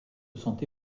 santé